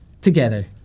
together